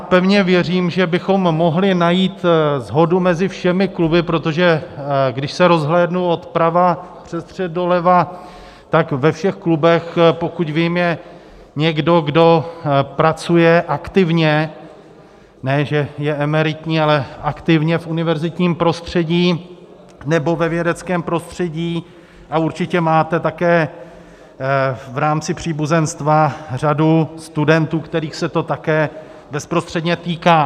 Pevně věřím, že bychom mohli najít shodu mezi všemi kluby, protože když se rozhlédnu odprava přes střed doleva, tak ve všech klubech, pokud vím, je někdo, kdo pracuje aktivně, ne že je emeritní, ale aktivně v univerzitním prostředí nebo ve vědeckém prostředí, a určitě máte také v rámci příbuzenstva řadu studentů, kterých se to také bezprostředně týká.